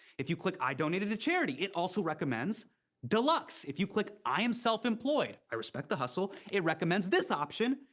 if you click i donated to charity, it also recommends deluxe. if you click i'm um self-employed, i respect the hustle, it recommends this option,